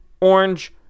Orange